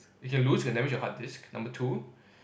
you can lose and damage your hard disk number two